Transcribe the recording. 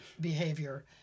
behavior